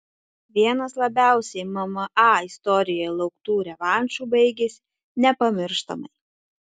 vienas labiausiai mma istorijoje lauktų revanšų baigėsi nepamirštamai